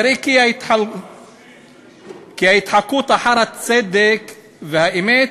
נראה כי ההתחקות אחר הצדק והאמת,